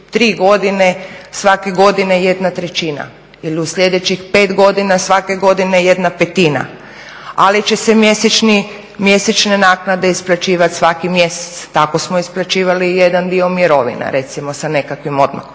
u sljedećih pet godina, svake godine 1/5, ali će se mjesečne naknade isplaćivat svaki mjesec. Tako smo isplaćivali i jedan dio mirovina recimo, sa nekakvim odmakom.